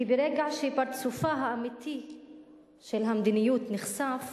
כי ברגע שפרצופה האמיתי של המדיניות נחשף,